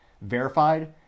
verified